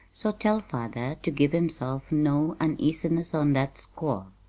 so tell father to give himself no uneasiness on that score.